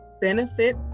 benefit